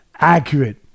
accurate